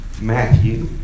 Matthew